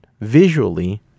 visually